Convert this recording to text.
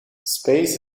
space